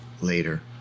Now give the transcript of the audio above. later